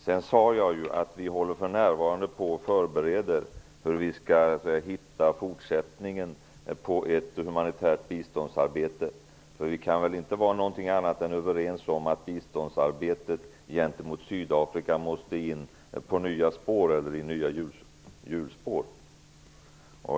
Som jag sade förbereder vi för närvarande fortsättningen på ett humanitärt biståndsarbete. Vi kan väl inte vara annat än överens om att biståndsarbetet gentemot Sydafrika måste in i nya hjulspår.